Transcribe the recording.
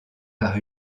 par